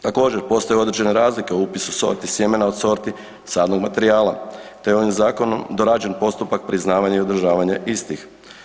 Također, postoje određene razlike u upisu sorti sjemene od sorti sadnog materijala te je ovim zakonom dorađen postupak priznavanja i održavanja istih.